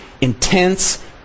intense